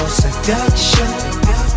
seduction